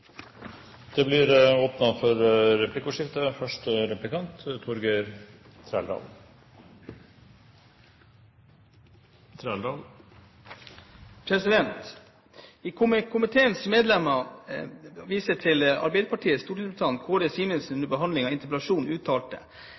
Det blir replikkordskifte. Komiteens medlemmer viser til Arbeiderpartiets stortingsrepresentant Kåre Simensen, som under behandlingen av en interpellasjon den 11. mars 2010 uttalte: